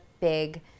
big